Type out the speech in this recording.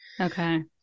Okay